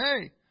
Hey